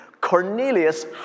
Cornelius